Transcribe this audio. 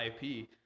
IP